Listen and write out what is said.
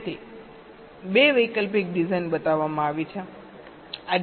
તેથી 2 વૈકલ્પિક ડિઝાઇન બતાવવામાં આવી છે